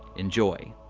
enjoy.